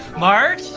marge!